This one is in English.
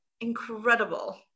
incredible